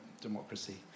democracy